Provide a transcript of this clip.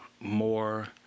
more